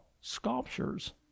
sculptures